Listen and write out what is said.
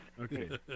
Okay